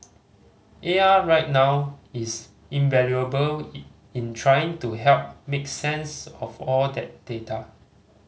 A I right now is invaluable in trying to help make sense of all that data